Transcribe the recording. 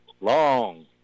Long